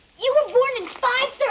you were born in five